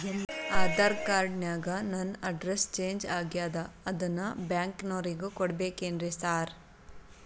Aadhaar card ನ್ಯಾಗ ನನ್ address change ಆಗ್ಯಾದ ಅದನ್ನ ಬ್ಯಾಂಕಿನೊರಿಗೆ ಕೊಡ್ಬೇಕೇನ್ರಿ ಸಾರ್?